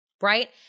right